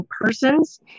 persons